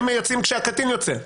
הם יוצאים כשהקטין יוצא.